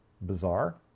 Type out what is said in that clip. bizarre